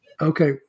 Okay